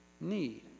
need